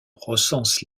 recense